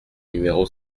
numéro